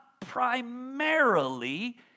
primarily